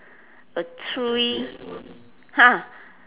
a three !huh!